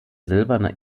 silberne